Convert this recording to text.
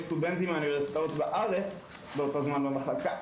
סטודנטים מהאוניברסיטאות בארץ באותו זמן במחלקה.